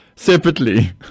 Separately